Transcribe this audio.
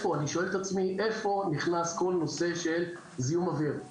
אני שואל את עצמי איפה נכנס כל הנושא של זיהום אוויר?